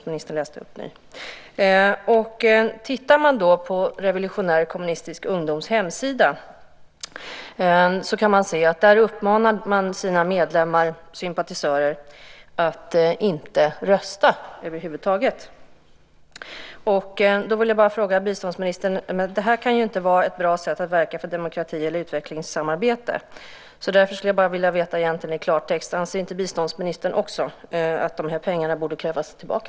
Men på Revolutionär Kommunistisk Ungdoms hemsida uppmanar man sina medlemmar och sympatisörer att över huvud taget inte rösta. Det kan väl inte vara ett bra sätt att verka för demokrati eller utvecklingssamarbete. För att tala klarspråk frågar jag därför: Anser inte också biståndsministern att de här pengarna borde krävas tillbaka?